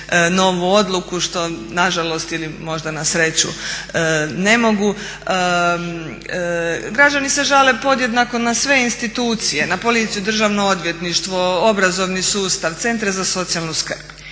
novu odluku što nažalost ili možda nasreću ne mogu građani se žale podjednako na sve institucije, na policiju, Državno odvjetništvo, obrazovni sustav, centre za socijalnu skrb.